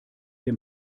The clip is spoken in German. dem